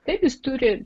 taip jis turi